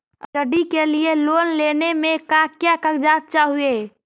Study के लिये loan लेने मे का क्या कागजात चहोये?